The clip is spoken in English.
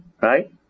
right